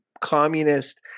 communist